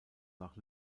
nach